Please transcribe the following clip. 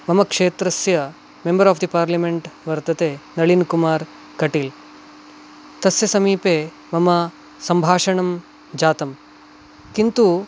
मम क्षेत्रस्य member of the parliament वर्तते नळिन्कुमार् कटील् तस्य समीपे मम सम्भाषणं जातं किन्तु